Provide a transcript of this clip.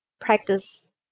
practice